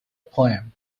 poem